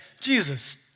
Jesus